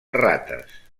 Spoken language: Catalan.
rates